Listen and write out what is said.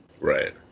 Right